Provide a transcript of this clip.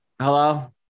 Hello